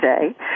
today